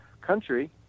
country